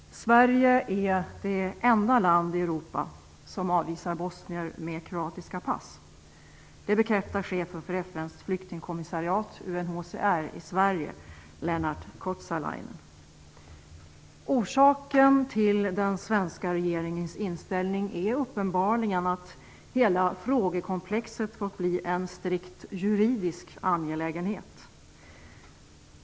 Herr talman! Sverige är det enda land i Europa som avvisar bosnier med kroatiska pass. Det bekräftar chefen för FN:s flyktingkommissariat, UNHCR, i Orsaken till den svenska regeringens inställning är uppenbarligen att hela frågekomplexet fått bli en strikt juridisk angelägenhet.